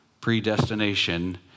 predestination